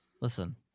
listen